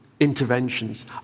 Interventions